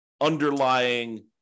underlying